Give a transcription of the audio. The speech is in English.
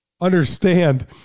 understand